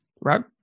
right